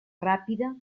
ràpida